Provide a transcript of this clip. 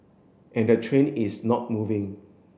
and the train is not moving